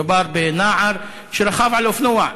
מדובר בנער שרכב על אופנוע.